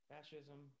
Fascism